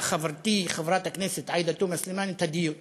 חברתי חברת הכנסת עאידה תומא סלימאן את הדיון.